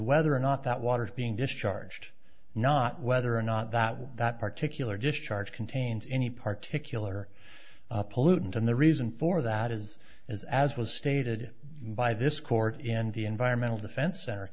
whether or not that water is being discharged not whether or not that that particular discharge contains any particularly pollutant and the reason for that is as as was stated by this court in the environmental defense center